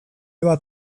bat